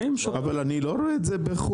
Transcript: אבל אני לא רואה את זה בחו"ל,